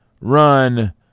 run